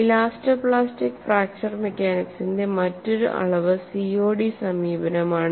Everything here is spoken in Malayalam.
ഇലാസ്റ്റോപ്ലാസ്റ്റിക് ഫ്രാക്ചർ മെക്കാനിക്സിന്റെ മറ്റൊരു അളവ് COD സമീപനമാണ്